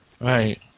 Right